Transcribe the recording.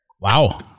Wow